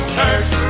church